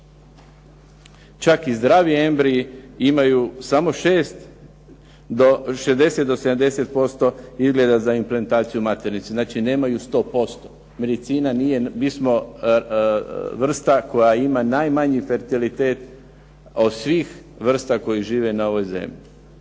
Čak i zdraviji embriji imaju samo 60 do 70% izgleda za implementaciju u maternicu, znači nemaju 100%. Medicina nije, mi smo vrsta koja ima najmanji fertilitet od svih vrsta koje žive na ovoj zemlji.